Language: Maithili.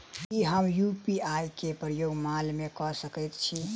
की हम यु.पी.आई केँ प्रयोग माल मै कऽ सकैत छी?